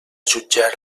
jutjar